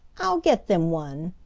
i'll get them one,